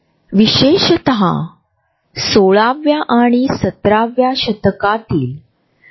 आमच्या कार्यालयीन पार्ट्यांमध्ये मैत्रीपूर्ण सामाजिक संमेलने वगैरे दरम्यान आम्ही सामान्यत कामाच्या ठिकाणी हेच अंतर ठेवतो